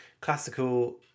classical